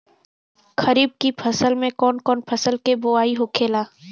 खरीफ की फसल में कौन कौन फसल के बोवाई होखेला?